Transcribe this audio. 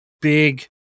big